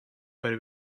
per